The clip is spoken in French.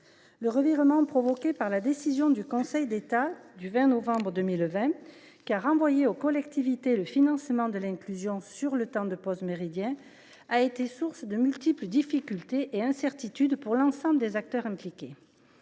Le revirement provoqué par la décision du Conseil d’État du 20 novembre 2020, qui a renvoyé aux collectivités territoriales le financement de l’inclusion sur le temps de pause méridienne, a été source de multiples difficultés et incertitudes pour l’ensemble des acteurs impliqués.